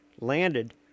landed